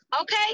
Okay